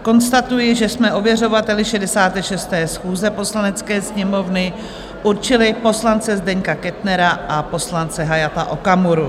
Konstatuji, že jsme ověřovateli 66. schůze Poslanecké sněmovny určili poslance Zdeňka Kettnera a poslance Hayata Okamuru.